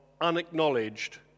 unacknowledged